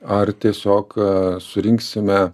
ar tiesiog surinksime